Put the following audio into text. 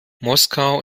moskau